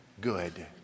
good